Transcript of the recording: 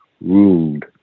ruled